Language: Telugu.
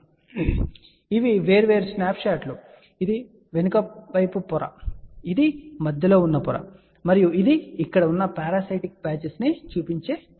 కాబట్టి ఇవి వేర్వేరు స్నాప్షాట్లు ఇది వెనుక వైపు పొర ఇది మధ్యలో ఉన్న పొర మరియు ఇది ఇక్కడ ఉన్న పారాసైటిక్ పాచెస్ను చూపించే పై పొర